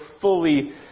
fully